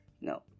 No